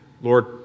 Lord